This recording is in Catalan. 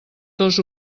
dos